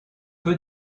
peu